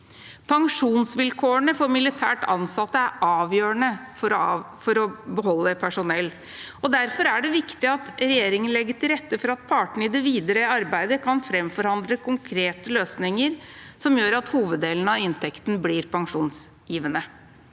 Pensjonsvilkårene for militært ansatte er avgjørende for å beholde personell, og derfor er det viktig at regjeringen legger til rette for at partene i det videre arbeidet kan framforhandle konkrete løsninger som gjør at hoveddelen av inntekten blir pensjonsgivende.